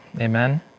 amen